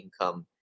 income